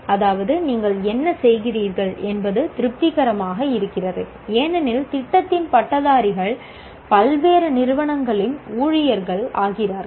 அதாவது நீங்கள் என்ன செய்கிறீர்கள் என்பது திருப்திகரமாக இருக்கிறது ஏனெனில் திட்டத்தின் பட்டதாரிகள் பல்வேறு நிறுவனங்களின் ஊழியர்கள் ஆகிறார்கள்